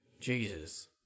Jesus